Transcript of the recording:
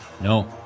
No